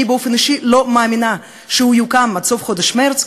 אני באופן אישי לא מאמינה שהוא יוקם עד סוף חודש מרס,